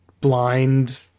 blind